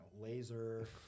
laser